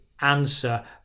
answer